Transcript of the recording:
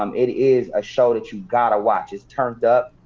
um it is a show that you've gotta watch. it's turned up,